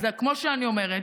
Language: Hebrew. אז כמו שאני אומרת,